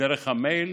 דרך המייל